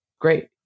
Great